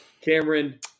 Cameron